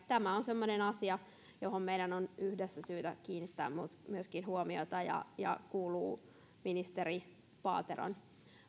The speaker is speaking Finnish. tämä on semmoinen asia johon meidän on yhdessä syytä kiinnittää huomiota ja ja tämä kuuluu ministeri paateron